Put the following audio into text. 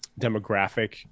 demographic